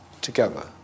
Together